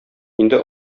инде